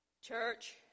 Church